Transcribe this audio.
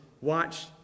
watch